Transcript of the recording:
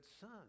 son